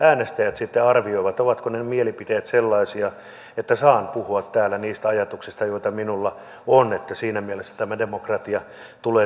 äänestäjät sitten arvioivat ovatko ne mielipiteet sellaisia että saan puhua täällä niistä ajatuksista joita minulla on että siinä mielessä tämä demokratia tulee toimimaan